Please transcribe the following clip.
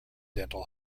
dental